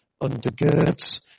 undergirds